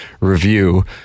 Review